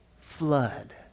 flood